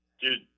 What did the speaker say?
Dude